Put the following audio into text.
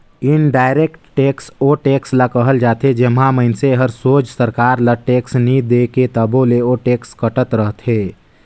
indirect tax ओ tax ल कहल जाथे जेम्हां मइनसे हर सोझ सरकार ल टेक्स नी दे तबो ले ओ टेक्स कटत रहथे